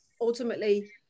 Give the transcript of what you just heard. ultimately